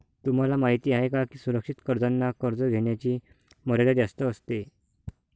तुम्हाला माहिती आहे का की सुरक्षित कर्जांना कर्ज घेण्याची मर्यादा जास्त असते